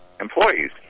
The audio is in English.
employees